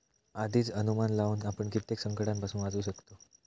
आधीच अनुमान लावुन आपण कित्येक संकंटांपासून वाचू शकतव